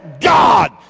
God